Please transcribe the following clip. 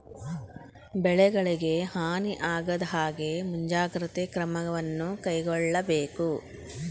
ಬೆಳೆಗಳಿಗೆ ಹಾನಿ ಆಗದಹಾಗೆ ಮುಂಜಾಗ್ರತೆ ಕ್ರಮವನ್ನು ಕೈಗೊಳ್ಳಬೇಕು